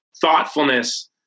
thoughtfulness